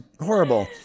horrible